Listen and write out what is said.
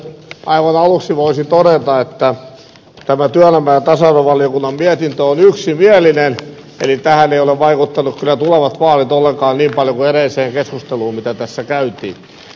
aivan aluksi voisin todeta että tämä työelämä ja tasa arvovaliokunnan mietintö on yksimielinen eli tähän eivät kyllä ole vaikuttaneet tulevat vaalit ollenkaan niin paljon kuin edelliseen keskusteluun mitä tässä käytiin